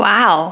Wow